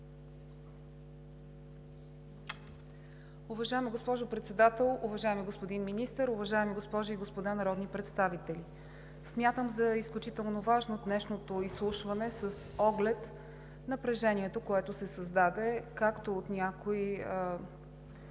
Уважаема госпожо Председател, уважаеми господин Министър, уважаеми госпожи и господа народни представители! Смятам за изключително важно днешното изслушване с оглед напрежението, което се създаде както от някои